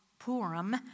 Purim